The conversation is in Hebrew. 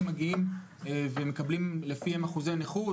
מגיעים ומקבלים לפיהם אחוזי נכות,